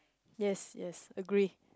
yes yes agree